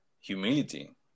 humility